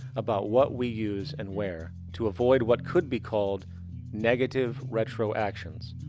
about what we use and where, to avoid what could be called negative retroactions,